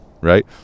right